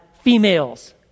females